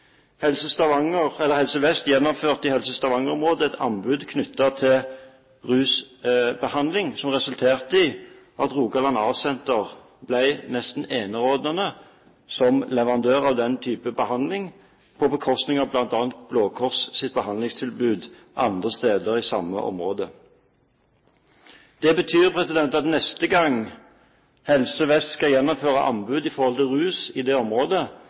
Helse Vest gjennomførte i Helse Stavanger-området et anbud knyttet til rusbehandling, som resulterte i at Rogaland A-senter ble nesten enerådende som leverandør av den type behandling, på bekostning av bl.a. Blå Kors' behandlingstilbud andre steder i samme område. Det betyr at neste gang Helse Vest skal gjennomføre anbud knyttet til rus i det området,